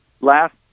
last